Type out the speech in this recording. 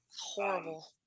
Horrible